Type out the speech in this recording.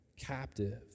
captive